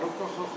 זה לא כל כך רחוק,